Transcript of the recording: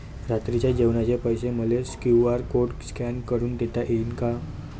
रात्रीच्या जेवणाचे पैसे मले क्यू.आर कोड स्कॅन करून देता येईन का?